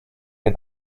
den